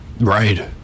Right